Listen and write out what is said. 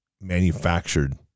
manufactured